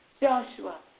Joshua